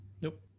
Nope